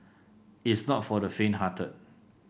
it's not for the fainthearted